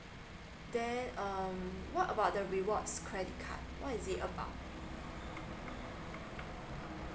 then um what about the rewards credit card what is it about